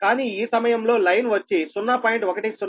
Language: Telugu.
కానీ ఈ సమయంలో లైన్ వచ్చి 0